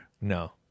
No